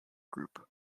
group